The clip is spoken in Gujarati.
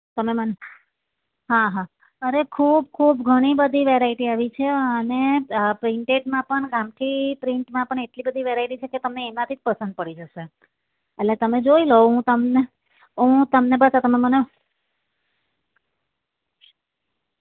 તમે મને હા હા અરે ખૂબ ખૂબ ઘણી બધી વેરાયટી આવી છે અને પ્રિન્ટેડમાં પણ ગામઠી પ્રિન્ટમાં પણ એટલી બધી વેરાયટી છે કે તમે એમાંથી જ પસંદ પડી જશે એટલે તમે જોઈ લો હું તમને હું તમને બસ આ તમે મને